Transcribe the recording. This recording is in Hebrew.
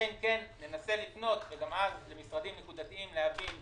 אלא אם כן ננסה לפנות למשרדים מבודדים כדי להבין.